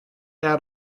out